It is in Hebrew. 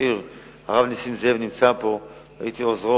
לאחר מכן נביא את זה להצבעה בקריאה שנייה ובקריאה שלישית.